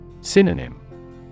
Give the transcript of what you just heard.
Synonym